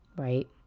right